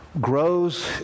grows